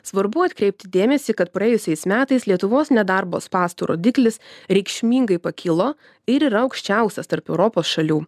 svarbu atkreipti dėmesį kad praėjusiais metais lietuvos nedarbo spąstų rodiklis reikšmingai pakilo ir yra aukščiausias tarp europos šalių